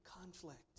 conflict